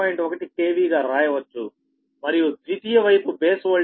1 KV గా రాయవచ్చు మరియు ద్వితీయ వైపు బేస్ ఓల్టేజ్ వచ్చి 0